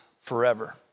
forever